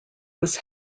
was